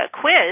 quiz